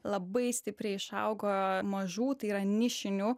labai stipriai išaugo mažų tai yra nišinių